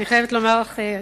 אני חייבת לומר לך,